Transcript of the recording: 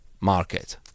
market